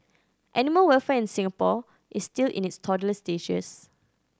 animal welfare in Singapore is still in its toddler stages